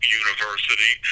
university